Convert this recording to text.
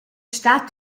stat